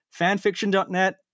fanfiction.net